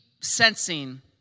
sensing